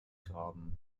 graben